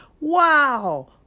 Wow